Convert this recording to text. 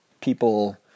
people